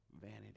vanity